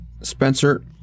spencer